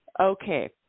Okay